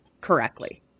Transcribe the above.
correctly